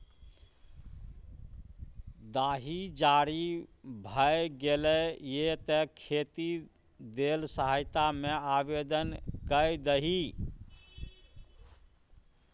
दाही जारी भए गेलौ ये तें खेती लेल सहायता मे आवदेन कए दही